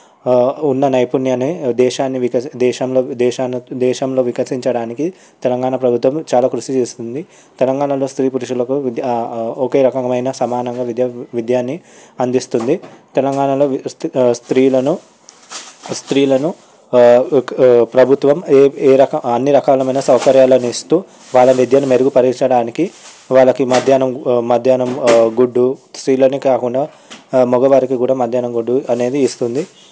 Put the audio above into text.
ఉన్న నైపుణ్యాన్ని దేశాన్ని దేశంలో దేశాన్ని దేశంలో వికసించడానికి తెలంగాణ ప్రభుత్వం చాలా కృషి చేస్తుంది తెలంగాణలో స్త్రీ పురుషులకు విద్య ఒకే రకమైన సమానమైన విద్యను విద్యని అందిస్తుంది తెలంగాణలో స్త్రీలను స్త్రీలను ప్రభుత్వం ఏ ఏ రక అన్నీ రకాలైన సౌకర్యాలు ఇస్తూ వాళ్ళ విద్యను మెరుగుపరిచడానికి వాళ్ళకి మధ్యాహ్నం మధ్యాహ్నం గుడ్డు స్త్రీలని కాకుండా మగవారికి కూడా మధ్యాహ్నం గుడ్డు అనేది ఇస్తుంది